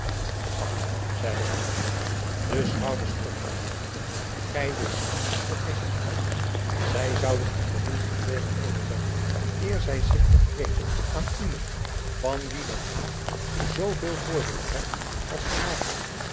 bah zeide heenvliet de schouders ophalende gy weet niet wat gy zegt zy zouden er ten minsten twee maal over denken eer zy zich vergrepen aan iemand van wien den haag zooveel voordeel trekt als van my